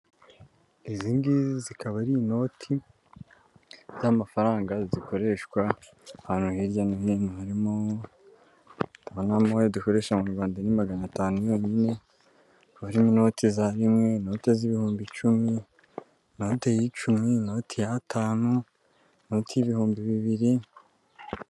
Izi ngizi zikaba ari inoti z'amafaranga zikoreshwa ahantu hirya no hino, harimo ndabonamo ayo dukoresha mu Rwanda ni maganatanu yonyine, hakaba harimo inote za rimwe, inote z'ibihumbi icumi, inote y'icimi, inote y'atanu, inote y'ibihumbi bibiri.